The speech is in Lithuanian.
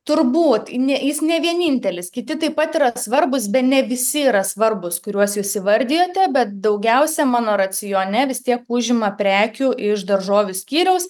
turbūt ne jis ne vienintelis kiti taip pat yra svarbūs bene visi yra svarbūs kuriuos jūs įvardijote bet daugiausiai mano racione vis tiek užima prekių iš daržovių skyriaus